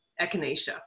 Echinacea